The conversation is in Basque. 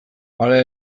hala